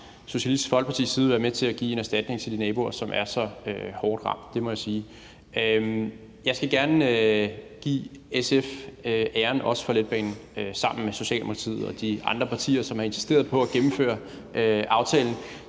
Socialistisk Folkeparti ikke vil være med til at give en erstatning til de naboer, som er så hårdt ramt. Det må jeg sige. Jeg skal gerne give SF sammen med Socialdemokratiet og de andre partier, som har insisteret på at gennemføre aftalen,